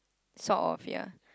sort of ya